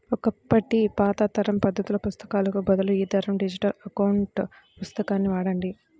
ఒకప్పటి పాత తరం పద్దుల పుస్తకాలకు బదులు ఈ తరం డిజిటల్ అకౌంట్ పుస్తకాన్ని వాడండి